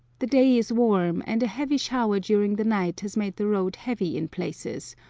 the day is warm, and a heavy shower during the night has made the road heavy in places,